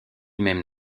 même